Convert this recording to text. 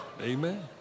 Amen